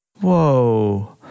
Whoa